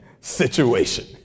situation